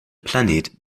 planet